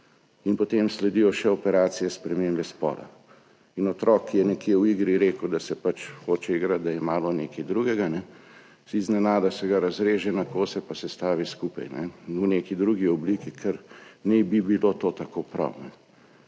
In potem sledijo še operacije spremembe spola. Otrok, ki je nekje v igri rekel, da se pač hoče igrati, da je malo nekaj drugega, se ga iznenada izreže na kose in sestavi skupaj v neko drugo obliko, ker naj bi bilo tako prav.